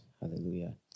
Hallelujah